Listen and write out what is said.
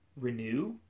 renew